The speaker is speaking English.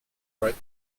right